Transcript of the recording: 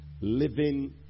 living